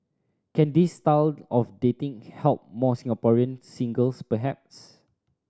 can this style of dating help more Singaporean singles perhaps